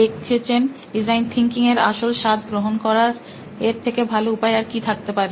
দেখেছেন design thinking এর আসল স্বাদ গ্রহণ করার এর থেকে ভালো উপায় আর কি থাকতে পারে